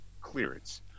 clearance